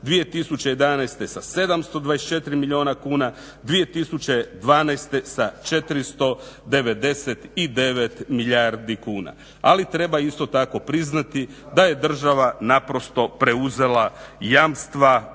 2011. sa 724 milijuna kuna, 2012. sa 499 milijuna kuna. Ali treba isto tako priznati da je država naprosto preuzela jamstva